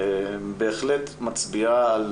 זה בהחלט מצביע על